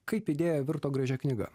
kaip idėja virto gražia knyga